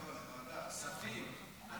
כספים.